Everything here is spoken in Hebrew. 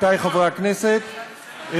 חברי וחברות הכנסת,